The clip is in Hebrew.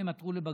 והם עתרו לבג"ץ.